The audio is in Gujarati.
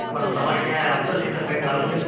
પણ તમારે ત્યાં હપ્તા સીસ્ટમ કંઈ ચાલુ છે